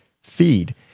feed